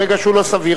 ברגע שהוא לא סביר,